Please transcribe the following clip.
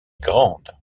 grande